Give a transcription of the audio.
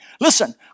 listen